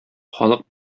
халык